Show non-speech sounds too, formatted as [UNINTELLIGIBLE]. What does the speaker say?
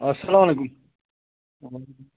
اسلام علیکُم [UNINTELLIGIBLE]